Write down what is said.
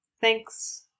Thanks